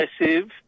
aggressive